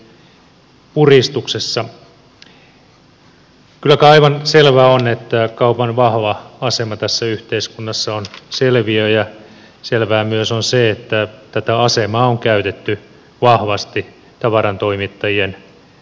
kyllä kai aivan selvää on että kaupan vahva asema tässä yhteiskunnassa on selviö ja selvää myös on se että tätä asemaa on käytetty vahvasti tavarantoimittajien suuntaan